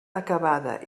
acabada